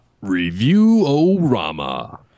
review-o-rama